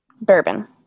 Bourbon